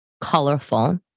colorful